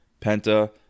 Penta